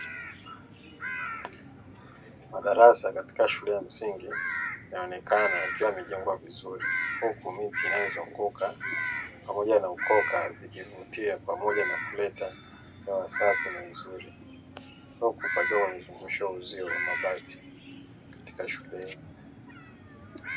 Madarasa katika shule ya msingi yanaonekana yamepangwa vizuri, huku miti inayozunguka pamoja na ukoka vikivutia pamoja na kuleta hewa safi na nzuri. Huku pakiwa pamezungushiwa uzio wa mabati katika shule.